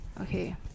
Okay